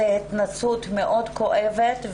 זו התנסות מאוד כואבת,